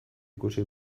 ikusi